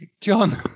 John